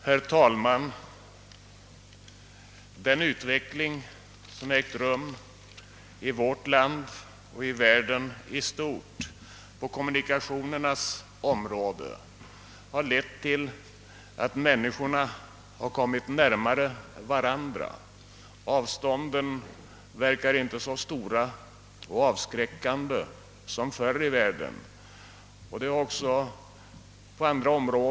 Herr talman! Den utveckling som ägt rum i vårt land och hela världen på kommunikationernas område har gjort att människorna kommit närmare varandra — avstånden verkar inte så stora och avskräckande som förr.